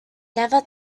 never